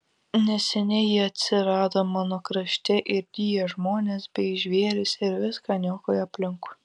neseniai ji atsirado mano krašte ir ryja žmones bei žvėris ir viską niokoja aplinkui